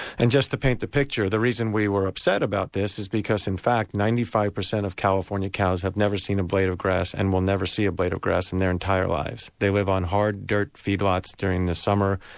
and just to paint the picture, the reason we were upset about this is because in fact ninety five percent of california cows have never seen a blade of grass, and will never see a blade of grass in their entire lives. they live on hard dirt feedlots during the summer,